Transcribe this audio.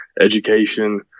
education